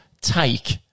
take